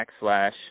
backslash